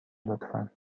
لطفا